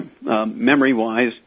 memory-wise